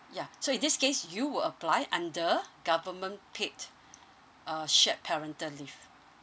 yeah so in this case you will apply under government paid uh shared parental leave